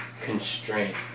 constraint